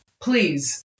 Please